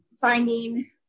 finding